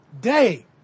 Day